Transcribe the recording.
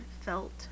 felt